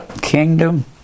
kingdom